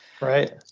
Right